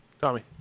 Tommy